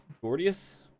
Gordius